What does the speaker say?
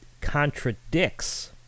contradicts